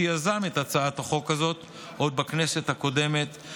שיזם את הצעת החוק הזאת עוד בכנסת הקודמת,